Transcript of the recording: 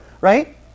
right